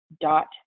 dot